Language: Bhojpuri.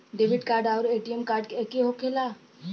डेबिट कार्ड आउर ए.टी.एम कार्ड एके होखेला?